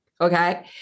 Okay